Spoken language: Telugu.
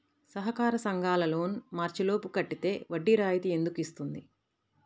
సహకార సంఘాల లోన్ మార్చి లోపు కట్టితే వడ్డీ రాయితీ ఎందుకు ఇస్తుంది?